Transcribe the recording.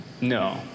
No